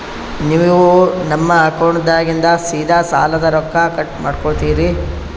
ನೀವು ನಮ್ಮ ಅಕೌಂಟದಾಗಿಂದ ಸೀದಾ ಸಾಲದ ರೊಕ್ಕ ಕಟ್ ಮಾಡ್ಕೋತೀರಿ?